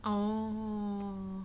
oo